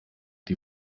die